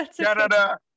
Canada